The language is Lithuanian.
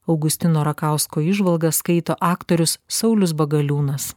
augustino rakausko įžvalgas skaito aktorius saulius bagaliūnas